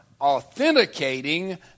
authenticating